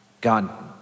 God